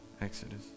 Exodus